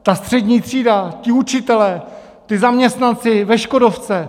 Ta střední třída, ti učitelé, ti zaměstnanci ve Škodovce?